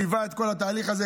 שליווה את כל התהליך הזה,